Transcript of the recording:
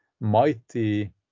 mighty